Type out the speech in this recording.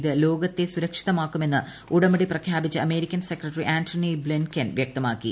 ഇത് ലോകത്തെ സുരക്ഷിതമാക്കുമെന്ന് ഉടമ്പട്ടി പ്രഖ്യാപിച്ച അമേരിക്കൻ സെക്രട്ടറി ആന്റണി ബ്ലിൻകെൻ വ്യക്തമാക്കി